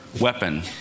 weapon